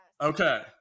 Okay